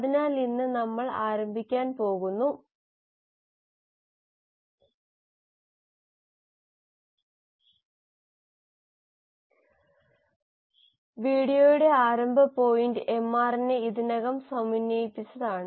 അതിനാൽ ഇന്ന് നമ്മൾ ആരംഭിക്കാൻ പോകുന്നു വീഡിയോയുടെ ആരംഭ പോയിന്റ് mRNA ഇതിനകം സമന്വയിപ്പിച്ചതാണ്